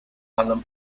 allan